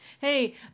Hey